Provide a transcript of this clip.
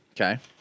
Okay